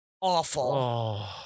awful